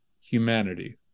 humanity